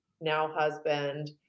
now-husband